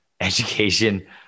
education